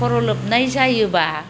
खर' लोबनाय जायोब्ला